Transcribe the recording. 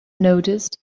noticed